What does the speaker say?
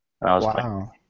Wow